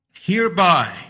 hereby